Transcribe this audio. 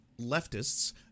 leftists